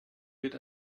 wird